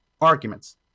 arguments